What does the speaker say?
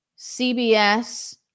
CBS